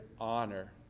honor